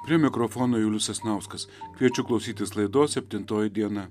prie mikrofono julius sasnauskas kviečiu klausytis laidos septintoji diena